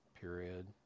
period